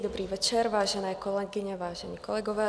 Dobrý večer, vážené kolegyně, vážení kolegové.